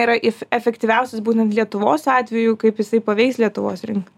yra if efektyviausias būtent lietuvos atveju kaip jisai paveiks lietuvos rinką